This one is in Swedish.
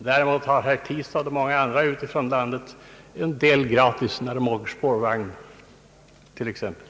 Däremot har herr Tistad och många andra från landet en del gratis, t.ex. när de åker buss och T-bana.